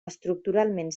estructuralment